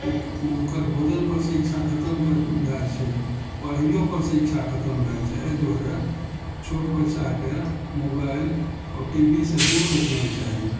ओकर भोजन पर से इच्छा खत्म भऽ जाइ छै पढ़ैयो पर से इच्छा खत्म भऽ जाइ छै एहि दुआरे छोट बच्चाके मोबाइल आओर टी वी से दूर रखबा चाही